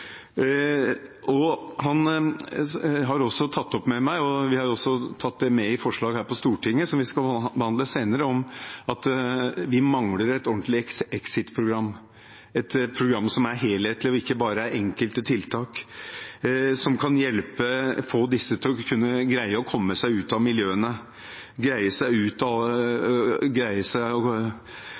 har også tatt opp med meg – og vi har også tatt det med i et forslag her på Stortinget som vi skal behandle senere – at vi mangler et ordentlig exit-program, et program som er helhetlig og ikke bare er enkelte tiltak, som kan få disse til å greie å komme seg ut av miljøene, til å greie å unngå alle disse forpliktelsene, all den lojaliteten, alle de hevnsakene og